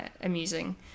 amusing